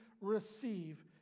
receive